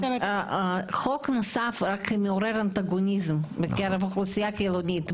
החוק מעורר אנטגוניזם בקרב אוכלוסייה יהודית.